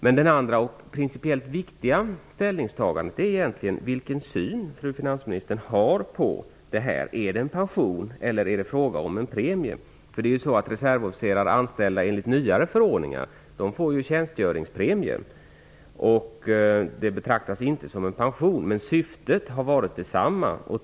Det andra och principiellt viktiga ställningstagandet är vilken syn fru finansministern har på denna fråga. Är det fråga om en pension eller en premie? Reservofficerare anställda enligt nyare förordningar får ju tjänstgöringspremier, och dessa betraktas inte som pension, men syftet har varit detsamma.